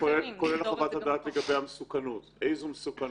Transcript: כולל חוות הדעת לגבי המסוכנות איזו מסוכנות,